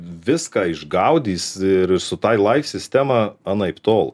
viską išgaudys ir su tai laif sistema anaiptol